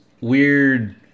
weird